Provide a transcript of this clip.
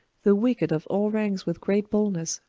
the wicked of all ranks with great boldness,